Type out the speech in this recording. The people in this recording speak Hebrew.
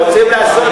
רבותי, לפי,